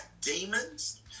demons